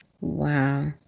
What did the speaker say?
Wow